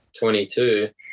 22